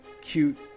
cute